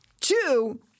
two